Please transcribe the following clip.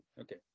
Okay